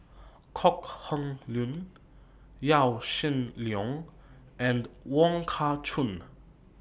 Kok Heng Leun Yaw Shin Leong and Wong Kah Chun